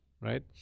right